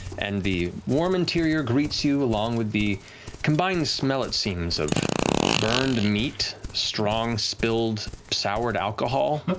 and the warm interior greets you along with the combined smell, it seems, of burned meat, strong, spilled, soured alcohol,